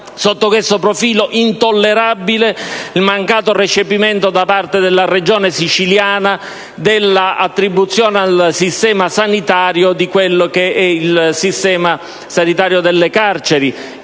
Sotto questo profilo, è intollerabile il mancato recepimento da parte della Regione Sicilia ma dell'attribuzione al Servizio sanitario del sistema